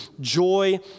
joy